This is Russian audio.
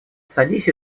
садись